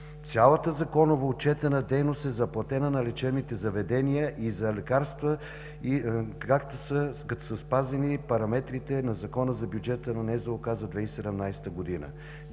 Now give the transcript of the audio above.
Цялата законово отчетена дейност е заплатена на лечебните заведения и за лекарства, като са спазени параметрите на Закона за бюджета на НЗОК за 2017 г.